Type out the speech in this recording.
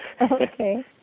Okay